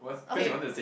okay